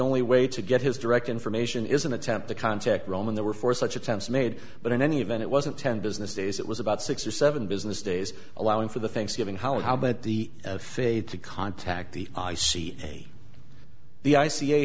only way to get his direct information is an attempt to contact roman there were four such attempts made but in any event it wasn't ten business days it was about six or seven business days allowing for the thanksgiving holiday but the faith to contact the i see the i c